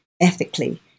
ethically